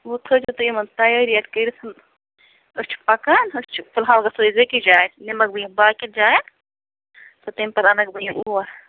وُ تھٲے زیو تُہۍ یِمَن تیٲرِیت کٔرِتھ أسۍ چھِ پَکان أسۍ چھِ فلحال گژھو أسۍ بیٚکہِ جایہِ نِمَکھ بہٕ یِم باقٕیَن جایَن تہٕ تمہِ پَتہٕ اَنَکھ بہٕ یِم اور